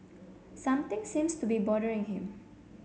something seems to be bothering him